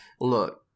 Look